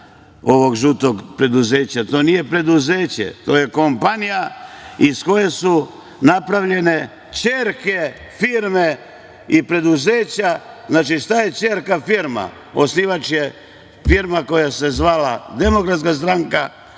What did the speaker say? ovog žutog preduzeća. To nije preduzeće, to je kompanije iz koje su napravljene ćerke firme i preduzeća. Znači šta je ćerka firma? Osnivač je firma koja se zvala DS, koliko sada